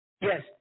Yes